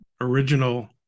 original